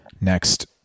next